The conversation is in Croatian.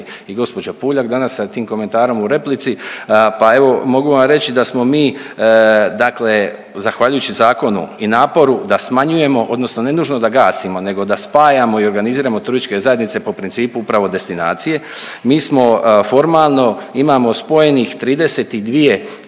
i gđa Puljak danas sa tim komentarom u replici, pa evo, mogu vam reći da smo mi dakle, zahvaljujući zakonu i naporu da smanjimo odnosno ne nužno da gasimo, nego da spajamo i organiziramo turističke zajednice po principu upravo destinacije, mi smo formalno imamo pojedinih 32